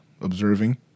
observing